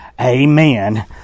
Amen